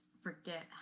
forget